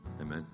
Amen